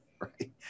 right